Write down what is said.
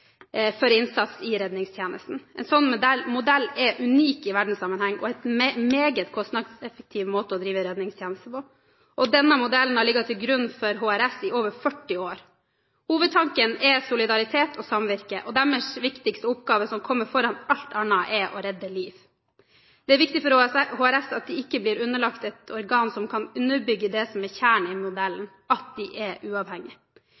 innsats i redningstjenesten. En sånn modell er unik i verdenssammenheng og en meget kostnadseffektiv måte å drive redningtjeneste på. Denne modellen har ligget til grunn for HRS i over 40 år. Hovedtanken er solidaritet og samvirke, og dens viktigste oppgave, som kommer foran alt annet, er å redde liv. Det er viktig for HRS at den ikke blir underlagt et organ som kan undergrave det som er kjernen i modellen – at den er uavhengig.